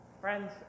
friends